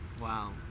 Wow